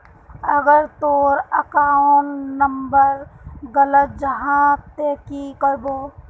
अगर तोर account number गलत जाहा ते की करबो?